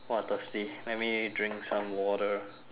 !wah! thirsty let me drink some water